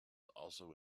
also